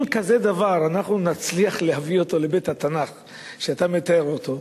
אם כזה דבר אנחנו נצליח להביא לבית התנ"ך שאתה מתאר אותו,